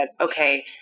okay